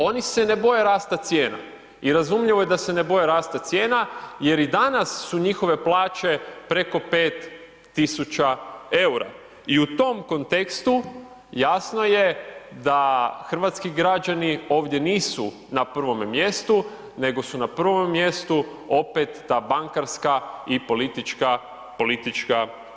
Oni se ne boje rasta cijena i razumljivo je da se ne boje rasta cijena jer i danas su njihove plaće preko 5000 eura i u tom kontekstu jasno je da hrvatski građani ovdje nisu na prvome mjestu nego su na prvome mjestu opet ta bankarska i politička elita.